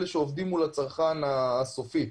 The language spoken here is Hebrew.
אלה שעובדים מול הצרכן הסופי.